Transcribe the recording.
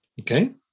Okay